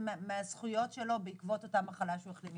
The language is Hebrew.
הנושא כל כך מהר ומקווה שהתיקון של החוק הזה יעלה